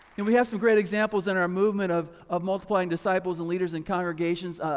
and we have some great examples in our movement of of multiplying disciples and leaders in congregations.